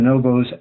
bonobos